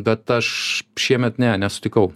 bet aš šiemet ne nesutikau